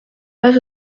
pas